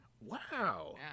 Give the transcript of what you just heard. Wow